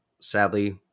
sadly